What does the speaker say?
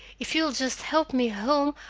if you will just help me home,